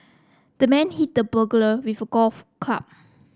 the man hit the burglar with a golf club